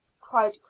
cried